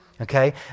okay